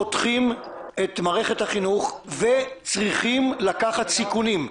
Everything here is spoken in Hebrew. פותחים את מערכת החינוך, וצריכים לקחת סיכונים.